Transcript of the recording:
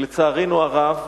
לצערנו הרב,